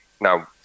Now